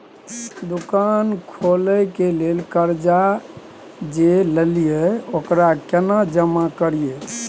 दुकान खोले के लेल कर्जा जे ललिए ओकरा केना जमा करिए?